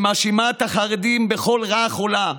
שמאשימה את החרדים בכל רעה חולה,